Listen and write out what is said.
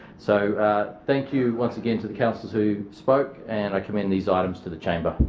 so thank you once again to the councillors who spoke and i commend these items to the chamber.